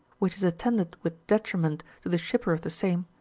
which is attended with detriment to the shipper of the same,